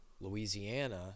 Louisiana